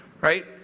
right